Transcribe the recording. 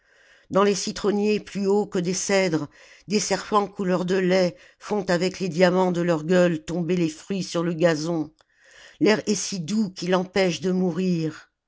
dans les citronniers plus hauts que des cèdres des serpents couleur de lait font avec les diamants de leur gueule tomber les fruits sur le gazon l'air est si doux qu'il empêche de mourir